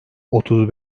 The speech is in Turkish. otuz